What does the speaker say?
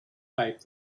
pipe